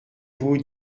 vous